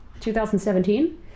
2017